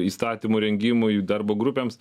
įstatymų rengimui darbo grupėms